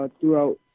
throughout